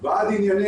ועד ענייני